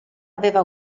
aveva